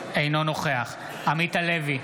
אינו נוכח עמית הלוי,